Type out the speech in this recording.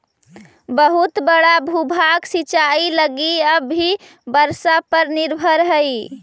बहुत बड़ा भूभाग सिंचाई लगी अब भी वर्षा पर निर्भर हई